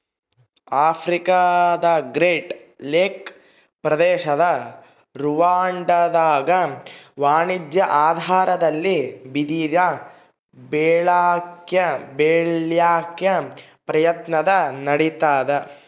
ಆಫ್ರಿಕಾದಗ್ರೇಟ್ ಲೇಕ್ ಪ್ರದೇಶದ ರುವಾಂಡಾದಾಗ ವಾಣಿಜ್ಯ ಆಧಾರದಲ್ಲಿ ಬಿದಿರ ಬೆಳ್ಯಾಕ ಪ್ರಯತ್ನ ನಡಿತಾದ